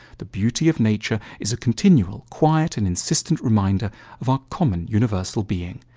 the beauty of nature is a continual, quiet, and insistent reminder of our common universal being.